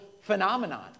phenomenon